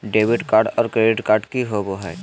Debit card और credit card की होवे हय?